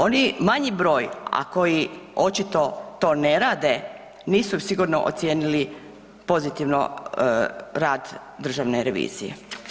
Oni manji broj, a koji očito to ne rade nisu sigurno ocijenili pozitivno rad državne revizije.